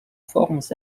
formes